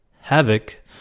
havoc